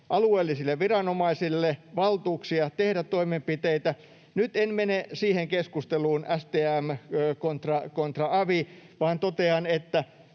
alueellisille viranomaisille valtuuksia tehdä toimenpiteitä. Nyt en mene siihen keskusteluun — STM kontra avi — vaan totean, että